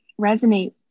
resonate